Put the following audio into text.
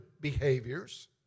behaviors